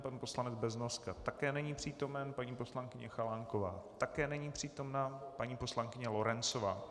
Pan poslanec Beznoska také není přítomen, paní poslankyně Chalánková také není přítomna, paní poslankyně Lorencová...